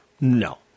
No